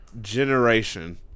generation